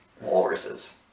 Walruses